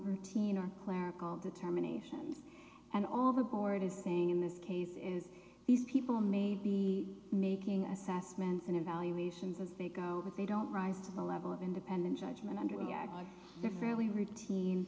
routine or clerical determinations and all the board is saying in this case is these people may be making assessments and evaluations as they go but they don't rise to the level of independent judgment under the family routine